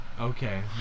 Okay